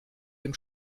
dem